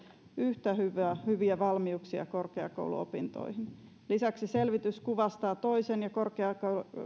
yhtä hyviä valmiuksia korkeakouluopintoihin lisäksi selvitys kuvastaa toisen ja